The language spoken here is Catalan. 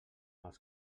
els